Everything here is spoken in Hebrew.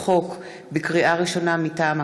לקריאה ראשונה, מטעם הכנסת: